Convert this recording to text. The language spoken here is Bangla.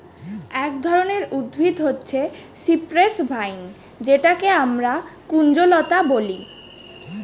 এক ধরনের উদ্ভিদ হচ্ছে সিপ্রেস ভাইন যেটাকে আমরা কুঞ্জলতা বলি